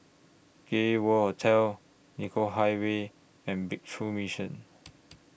Gay World Hotel Nicoll Highway and Breakthrough Mission